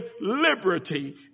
liberty